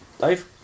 Dave